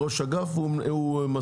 תודה, היושב ראש, חברי הכנסת וכולם.